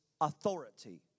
authority